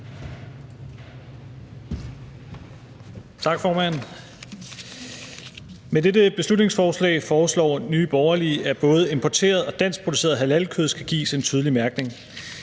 Tak, formand. Med dette beslutningsforslag foreslår Nye Borgerlige, at både importeret og dansk produceret halalkød skal gives en tydelig mærkning.